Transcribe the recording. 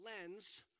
lens